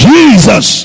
Jesus